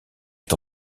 est